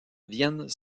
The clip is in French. viennent